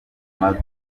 mavi